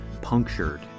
punctured